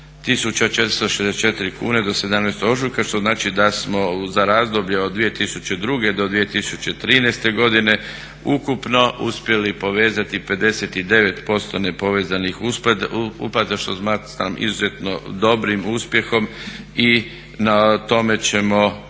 464 kune do 17. ožujka što znači da smo za razdoblje od 2002. do 2013. godine ukupno uspjeli povezati 59% nepovezanih uplata što smatram izuzetno dobrim uspjehom i na tome ćemo dalje